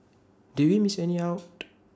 did we miss any out